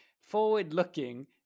forward-looking